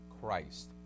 christ